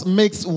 makes